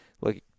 look